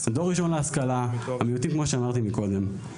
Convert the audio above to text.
דור ראשון להשכלה, המיעוטים, כמו שאמרתי מקודם.